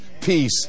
peace